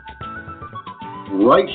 right